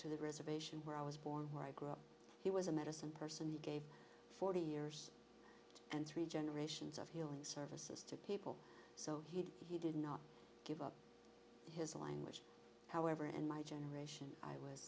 to the reservation where i was born where i grew up he was a medicine person he gave forty years and three generations of healing services to people so he did not give up his language however in my generation i was